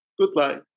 Goodbye